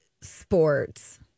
sports